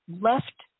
left